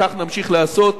וכך נמשיך לעשות.